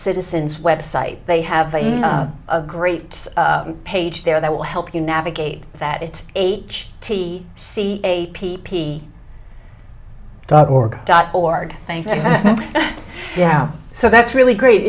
citizens website they have a great page there that will help you navigate that it's age t c p p dot org dot org thank you yeah so that's really great